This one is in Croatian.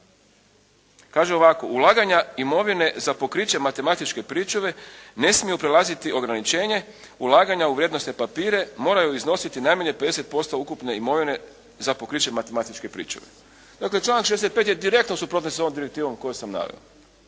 kaže ovako: «Ulaganja imovine za pokriće matematičke pričuve ne smiju prelaziti ograničenje ulaganja u vrijednosne papire. Moraju iznositi najmanje 50% ukupne imovine za pokriće matematičke pričuve.» Dakle 65. je u direktnoj suprotnosti sa ovom direktivom koju sam naveo.